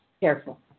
careful